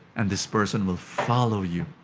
and this person will follow you.